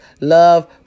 Love